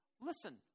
Listen